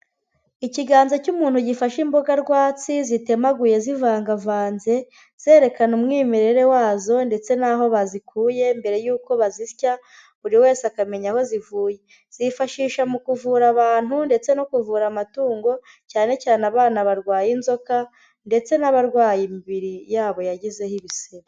Ikiganza cy'umuntu gifashe imboga rwatsi zitemaguye zivangavanze, zerekana umwimerere wazo ndetse n'aho bazikuye mbere yuko bazisya buri wese akamenya aho zivuye, zifashisha mu kuvura abantu ndetse no kuvura amatungo cyane cyane abana barwaye inzoka ndetse n'abarwaye imibiri yabo yagizeho ibisebe.